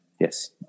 yes